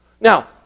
Now